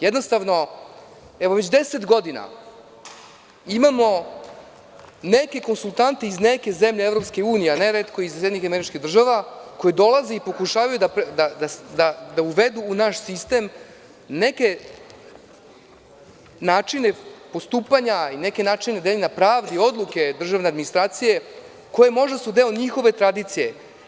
Jednostavno, već deset godina imamo neke konsultante iz neke zemlje EU, a neretko iz SAD, koji dolaze i pokušavaju da uvedu u naš sistem neke načine postupanja i neke načine deljenja pravde i odluke državne administracije koji su možda deo njihove tradicije.